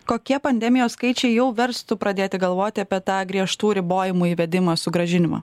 kokie pandemijos skaičiai jau verstų pradėti galvoti apie tą griežtų ribojimų įvedimą sugrąžinimą